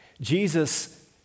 Jesus